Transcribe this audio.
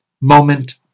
moment